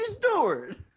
Stewart